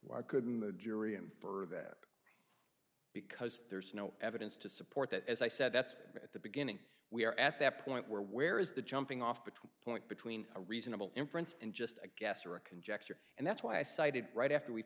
why couldn't the jury and for that because there's no evidence to support that as i said that's at the beginning we're at that point where where is the jumping off between point between a reasonable inference and just a guess or a conjecture and that's why i cited right after we